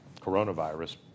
coronavirus